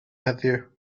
heddiw